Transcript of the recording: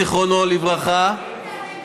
זיכרונו לברכה.